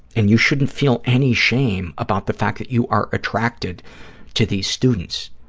and you shouldn't feel any shame about the fact that you are attracted to these students,